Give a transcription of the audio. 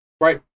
right